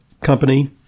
company